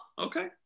Okay